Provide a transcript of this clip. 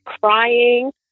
crying